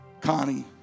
Connie